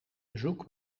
bezoek